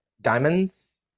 diamonds